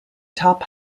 top